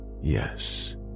Yes